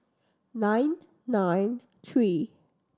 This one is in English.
nine nine three